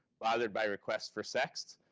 bothered by requests for sexts.